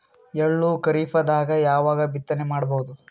ಎಳ್ಳು ಖರೀಪದಾಗ ಯಾವಗ ಬಿತ್ತನೆ ಮಾಡಬಹುದು?